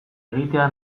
egitea